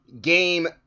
game